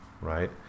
right